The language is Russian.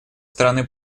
стороны